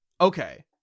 Okay